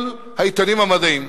כל העיתונים המדעיים,